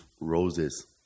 roses